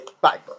Bye